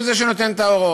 הוא זה שנותן את ההוראות.